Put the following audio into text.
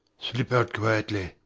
slip out quietly.